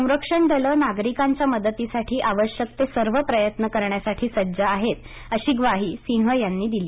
संरक्षण दल नागरिकांच्या मदतीसाठी आवश्यक ते सर्व प्रयत्न करण्यासाठी सज्ज आहेत अशी ग्वाही सिंह यांनी दिली